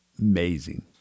amazing